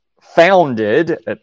founded